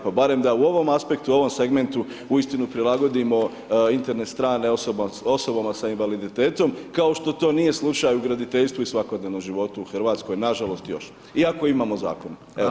Pa barem da u ovom aspektu, u ovom segmentu uistinu prilagodimo interne strane osobama s invaliditetom kao što to nije slučaj u graditeljstvu i svakodnevnom životu u Hrvatskoj nažalost još iako imamo zakon.